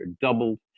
doubled